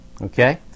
Okay